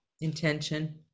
intention